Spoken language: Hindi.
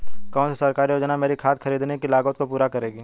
कौन सी सरकारी योजना मेरी खाद खरीदने की लागत को पूरा करेगी?